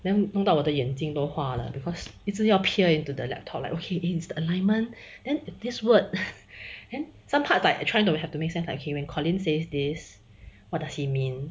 then 弄到我的眼睛都花了 because 一直要 peer into the laptop like okay is the alignment then this word then some parts like trying to have to make sense like when colin says this what does he mean